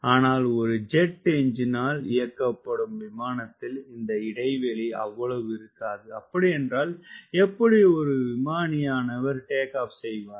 ஆனால் ஒரு ஜெட் எஞ்சினால் இயக்கப்படும் விமானத்தில் இந்த இடைவெளி அவ்வளவு இருக்காது அப்படியென்றால் எப்படி ஒரு விமானியானவர் டேக் ஆப் செய்வார்